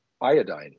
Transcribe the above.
iodine